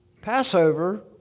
Passover